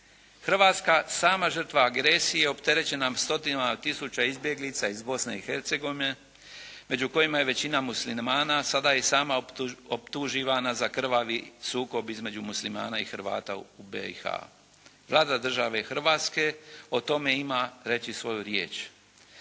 Hrvatska sama žrtva agresija opterećena stotinama tisuća izbjeglica iz Bosne i Hercegovine među kojima je većina Muslimana, sada je i sama optuživana za krvavi sukob između Muslimana i Hrvata u BiH. Vlada države Hrvatske o tome ima reći svoju riječ.